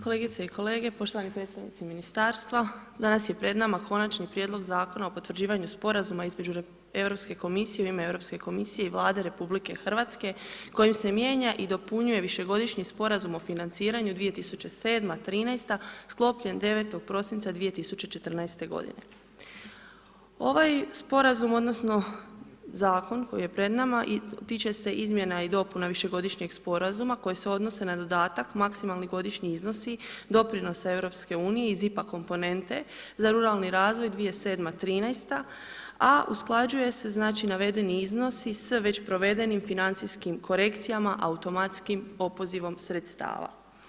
Kolegice i kolege, poštovani predstavnici ministarstva, danas je pred nama Konačni prijedlog Zakona o potvrđivanju sporazuma između Europske komisije u ime EU i Vlade RH, kojim se mijenja i dopunjuje višegodišnji sporazum o financiranju u razdoblju od 2007.-2013. g. sklopljen 9. prosinca 2014. g. Ovaj sporazum odnosno, zakon, koji je pred nama, tiče se izmjena i dopuna višegodišnjeg sporazuma, koji se odnosi na dodatak, maksimalni godišnji iznosi, doprinosi EU iz IPA komponente za ruralni razvoj 2007.-2013. a usklađuje se navedeni iznosi s već navedenim financijskim korekcijama, automatskim opozivom sredstava.